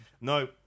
no